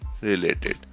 related